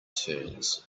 turns